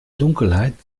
dunkelheit